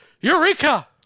Eureka